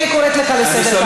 אני קוראת אותך לסדר פעם ראשונה.